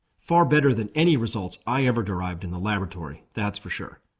farbbetter than any results i ever derived in the laboratory, that's for sure.